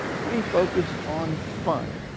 we focus on fun.